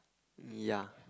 yeah